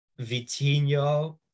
Vitinho